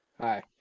Hi